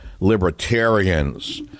libertarians